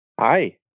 Hi